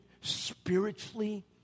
Spiritually